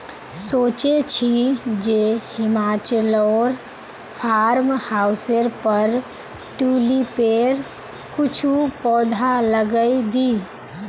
सोचे छि जे हिमाचलोर फार्म हाउसेर पर ट्यूलिपेर कुछू पौधा लगइ दी